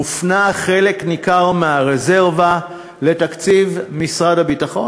הופנה חלק ניכר מהרזרבה לתקציב משרד הביטחון,